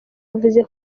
yavuze